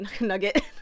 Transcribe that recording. Nugget